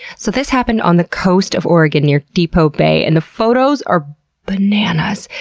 so, this happened on the coast of oregon near depoe bay, and the photos are bananas.